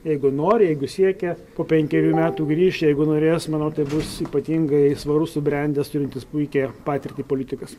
jeigu nori jeigu siekia po penkerių metų grįš jeigu norės manau tai bus ypatingai svarus subrendęs turintis puikią patirtį politikas